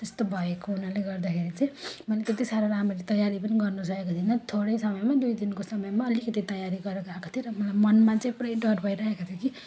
त्यस्तो भएको हुनाले गर्दाखेरि चाहिँ मैले त्यति साह्रो राम्ररी तयारी पनि गर्नु सकेको थिइनँ थोरै समयमा दुई दिनको समयमा अलिकति तयारी गरेर गएको थिएँ र मलाई मनमा चाहिँ पुरै डर भइरहेको थियो कि